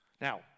Now